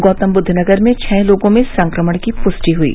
गौतमबुद्ध नगर में छः लोगों में संक्रमण की पृष्टि हुयी